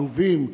עלובים,